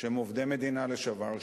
שהם עובדי מדינה לשעבר,